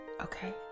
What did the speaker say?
Okay